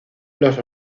los